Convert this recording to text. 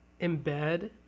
embed